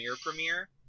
premiere